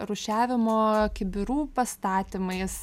rūšiavimo kibirų pastatymais